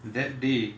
that day